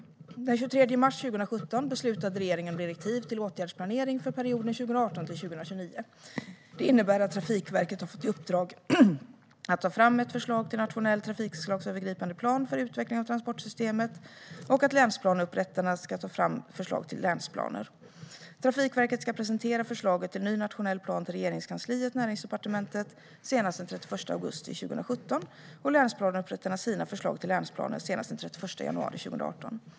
Den 23 mars 2017 beslutade regeringen om direktiv för åtgärdsplanering för perioden 2018-2029. Detta innebär att Trafikverket har fått i uppdrag att ta fram ett förslag till nationell trafikslagsövergripande plan för utveckling av transportsystemet och att länsplaneupprättarna ska ta fram förslag till länsplaner. Trafikverket ska presentera förslaget till ny nationell plan för Regeringskansliet senast den 31 augusti 2017 och länsplaneupprättarna sina förslag till länsplaner senast den 31 januari 2018.